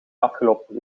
afgelopen